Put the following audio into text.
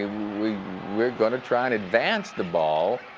we're we're gonna try and advance the ball,